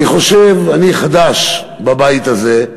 אני חושב, אני חדש בבית הזה,